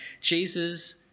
Jesus